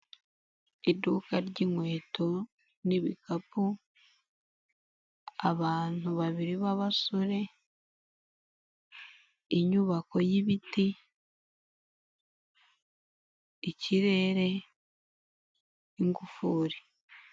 Iduka ry'inkweto n'ibikapu, abantu babiri b'abasore, inyubako y'ibiti, ikirere, ingufuri.